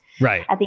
Right